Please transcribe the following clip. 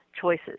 choices